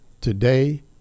today